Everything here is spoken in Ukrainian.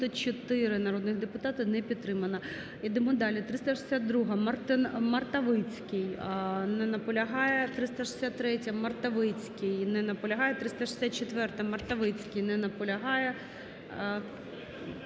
94 народних депутати. Не підтримана. Ідемо далі. 362-а, Мартовицький. Не наполягає. 363-я, Мартовицький. Не наполягає. 364-а, Мартовицький. Не наполягає.